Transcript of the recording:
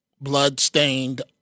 Bloodstained